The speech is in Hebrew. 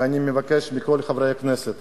ואני מבקש מכל חברי הכנסת